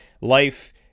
Life